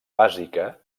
bàsica